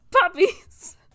puppies